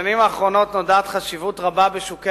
בשנים האחרונות נודעת חשיבות רבה בשוקי